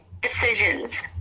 decisions